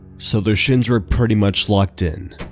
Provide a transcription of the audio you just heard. so their shins were pretty much locked in,